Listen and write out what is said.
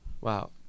Wow